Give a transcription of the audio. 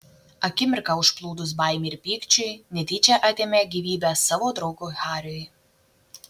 akimirką užplūdus baimei ir pykčiui netyčia atėmė gyvybę savo draugui hariui